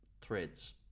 threads